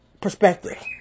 perspective